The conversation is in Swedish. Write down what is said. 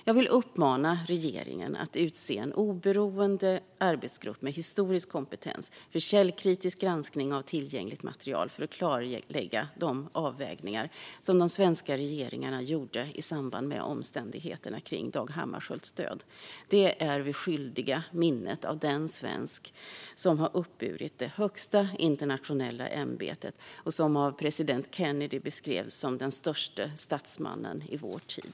Jag vill uppmana regeringen att utse en oberoende arbetsgrupp med historisk kompetens för källkritisk granskning av tillgängligt material för att klarlägga de avvägningar som svenska regeringar gjort i samband med omständigheterna kring Dag Hammarskjölds död. Det är vi skyldiga minnet av den svensk som har uppburit det högsta internationella ämbetet och som av president Kennedy beskrevs som den störste statsmannen i vår tid.